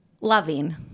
Loving